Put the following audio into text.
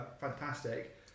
fantastic